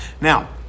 Now